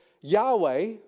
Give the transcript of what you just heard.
Yahweh